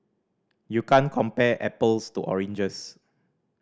you can't compare apples to oranges